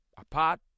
apart